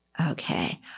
okay